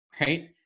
right